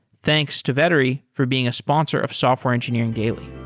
thanks to vettery for being a sponsor of software engineering daily